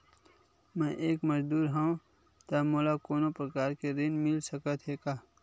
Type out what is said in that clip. मैं एक मजदूर हंव त मोला कोनो प्रकार के ऋण मिल सकत हे का?